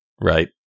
right